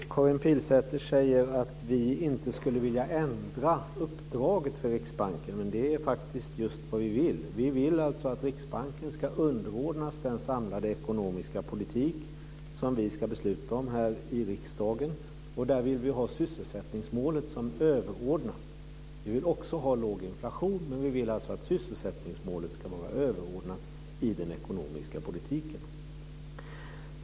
Fru talman! Karin Pilsäter säger att vi inte skulle vilja ändra uppdraget för Riksbanken. Men det är faktiskt just vad vi vill! Vi vill alltså att Riksbanken ska underordnas den samlade ekonomiska politik som vi ska besluta om här i riksdagen. Där vill vi ha sysselsättningsmålet som överordnat mål. Vi vill också ha låg inflation, men vi vill alltså att sysselsättningsmålet ska vara överordnat i den ekonomiska politiken.